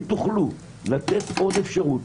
אם תוכלו לתת עוד אפשרות,